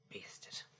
bastard